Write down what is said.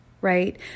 right